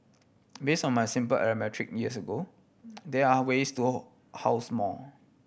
base on my simple arithmetic years ago there are ways to all house more